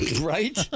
right